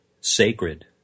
sacred